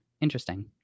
Interesting